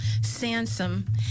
sansom